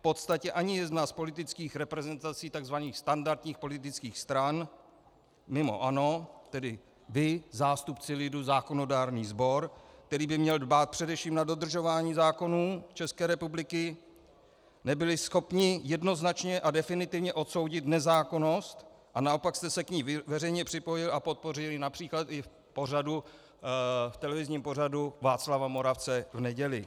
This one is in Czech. V podstatě ani jedna z politických reprezentací takzvaných standardních politických stran, mimo ANO, tedy vy, zástupci lidu, zákonodárný sbor, který by měl dbát především na dodržování zákonů České republiky, nebyla schopna jednoznačně a definitivně odsoudit nezákonnost, a naopak jste se k ní veřejně připojil a podpořil ji například i v televizním pořadu Václava Moravce v neděli.